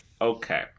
Okay